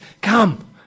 Come